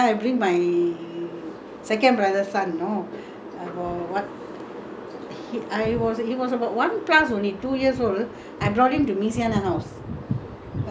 I was he was about one plus only two years old I brought him to alone ah alone I was I don't know I think I was only about ten years ten eleven years old uh